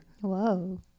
Whoa